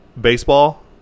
Baseball